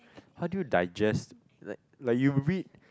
how do you digest like like you read